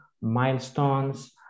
milestones